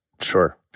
Sure